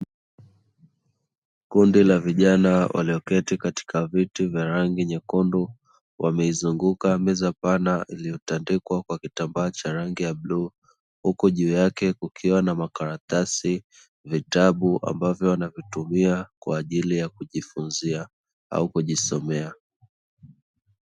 Kundi la vijana walioketi katikaviti vya rangi nyekundu wameizunguka meza pana iliyotandikwa kwa kitambaa cha rangi ya buluu huku juu yake kukiwa na makaratasi, vitabu ambavyo wanavitumia kwa ajili ya kujifunzia au kujisomea.